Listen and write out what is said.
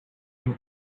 his